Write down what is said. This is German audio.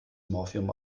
morphium